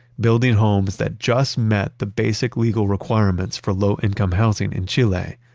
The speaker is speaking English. building homes that just met the basic legal requirements for low-income housing in chile,